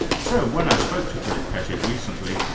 so when i spoke to philip pettit recently,